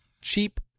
Cheap